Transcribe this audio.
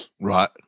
Right